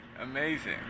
Amazing